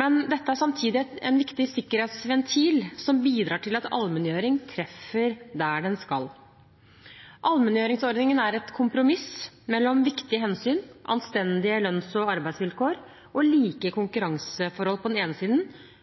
Men dette er samtidig en viktig sikkerhetsventil som bidrar til at allmenngjøring treffer der den skal. Allmenngjøringsordningen er et kompromiss mellom viktige hensyn: anstendige lønns- og arbeidsvilkår og like konkurranseforhold på den ene siden